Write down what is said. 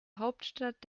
hauptstadt